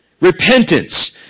repentance